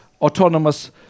autonomous